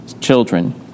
children